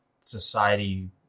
society